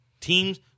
Teams